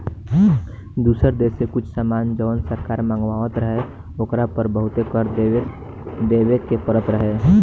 दुसर देश से कुछ सामान जवन सरकार मँगवात रहे ओकरा पर बहुते कर देबे के परत रहे